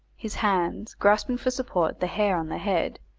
his hands grasping for support the hair on the head,